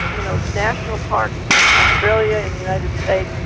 you know, national parks in australia, in the united states,